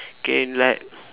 K like